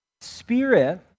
Spirit